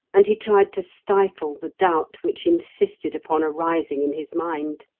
and he tried to stifle the doubt which insisted upon arising in his mind.